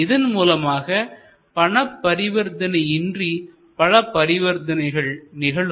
இதன் மூலமாக பணபரிவர்த்தனையின்றி பல பரிவர்த்தனைகள் நிகழும்